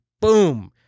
Boom